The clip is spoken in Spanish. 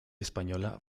española